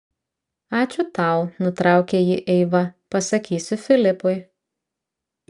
ačiū tau nutraukė jį eiva pasakysiu filipui